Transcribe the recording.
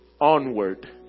onward